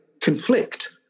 conflict